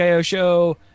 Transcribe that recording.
show